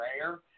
rare